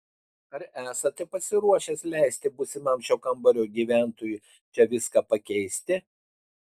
ar esate pasiruošęs leisti būsimam šio kambario gyventojui čia viską pakeisti